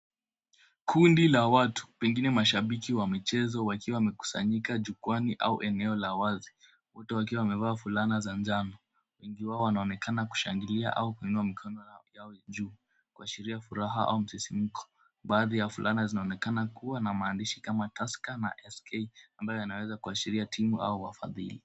Kundi la watu pengine mashabiki wa michezo wakiwa wamekusanyika jukwaani au eneo la wazi wote wakiwa wamevaa fulana za njano. Wengi wao wanaonekana kushangilia au kuinua mikono yao juu kuashiria furaha au msisimko. Baadhi ya fulana zinaonekana kuwa na maandishi kama Tusker na SK ambayo yanaweza kuashiria timu au wafadhili.